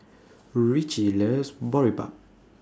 Ricci loves Boribap